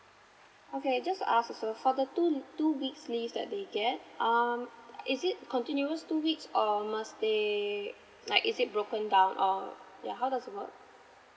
okay just to ask also for the two two weeks leave that they get um is it continues two weeks or must they like is it broken down or yeah how does it work